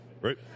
Right